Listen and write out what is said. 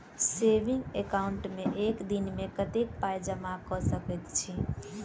Saving account मे एक दिनमे कतेक पाई जमा कऽ सकैत छी?